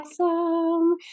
Awesome